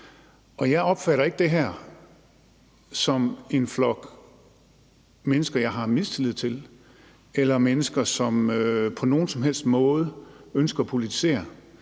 dag. Jeg opfatter ikke det her som en flok mennesker, jeg har mistillid til, eller som mennesker, som på nogen som helst måde ønsker at politisere.